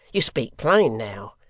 you speak plain now.